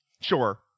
Sure